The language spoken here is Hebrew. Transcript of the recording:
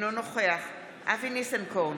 אינו נוכח אבי ניסנקורן,